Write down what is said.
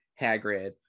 Hagrid